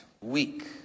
week